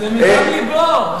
זה מדם לבו.